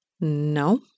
No